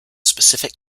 specific